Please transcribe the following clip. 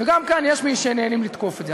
וגם כאן יש מי שנהנים לתקוף את זה.